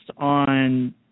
on